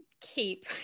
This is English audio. keep